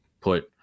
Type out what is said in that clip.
put